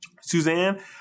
Suzanne